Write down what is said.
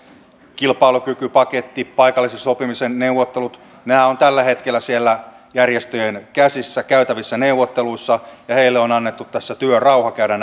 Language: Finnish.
kilpailukykypaketti paikallisen sopimisen neuvottelut ovat tällä hetkellä siellä järjestöjen käsissä käytävissä neuvotteluissa ja heille on annettu tässä työrauha käydä